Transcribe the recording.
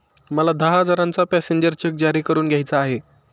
मला दहा हजारांचा पॅसेंजर चेक जारी करून घ्यायचा आहे